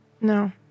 No